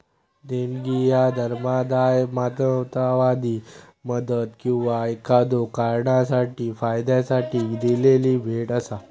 देणगी ह्या धर्मादाय, मानवतावादी मदत किंवा एखाद्यो कारणासाठी फायद्यासाठी दिलेली भेट असा